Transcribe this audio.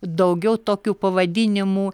daugiau tokių pavadinimų